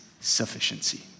sufficiency